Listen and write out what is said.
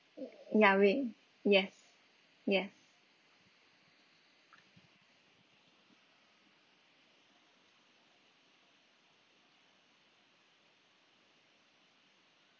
ya we yes yes